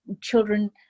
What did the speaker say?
children